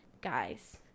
guys